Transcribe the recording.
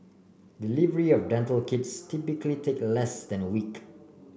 delivery of dental kits typically take a less than a week